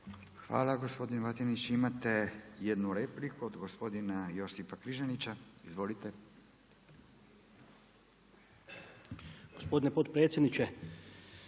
Hvala gospodin Batinić. Imate jednu repliku od gospodina Josipa Križanića. Izvolite. **Križanić,